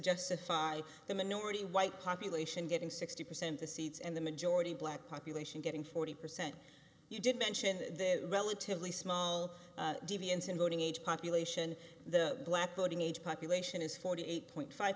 justify the minority white population getting sixty percent the seats and the majority black population getting forty percent you did mention the relatively small deviance in voting age population the black voting age population is forty eight point five